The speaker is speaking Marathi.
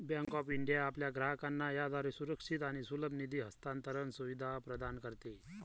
बँक ऑफ इंडिया आपल्या ग्राहकांना याद्वारे सुरक्षित आणि सुलभ निधी हस्तांतरण सुविधा प्रदान करते